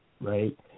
Right